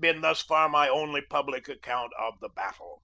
been thus far my only public account of the battle.